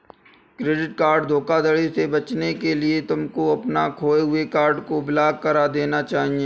credit card धोखाधड़ी से बचने के लिए तुमको अपने खोए हुए कार्ड को ब्लॉक करा देना चाहिए